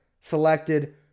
selected